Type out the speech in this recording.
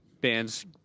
bands